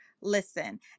listen